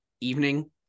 evening